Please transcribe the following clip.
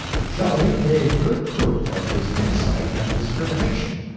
shelley gave good proof of his insight and discrimination.